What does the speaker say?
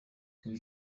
ibi